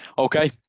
Okay